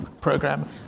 program